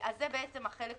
זה החלק הראשון.